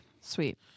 Sweet